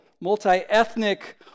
multi-ethnic